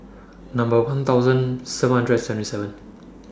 Number one thousand seven hundred and seventy seven